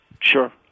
sure